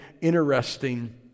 interesting